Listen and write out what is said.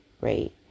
right